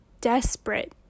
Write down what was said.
desperate